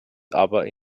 aber